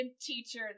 teacher